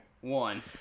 one